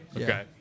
Okay